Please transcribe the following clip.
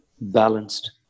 balanced